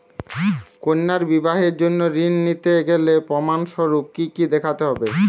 কন্যার বিবাহের জন্য ঋণ নিতে গেলে প্রমাণ স্বরূপ কী কী দেখাতে হবে?